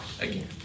again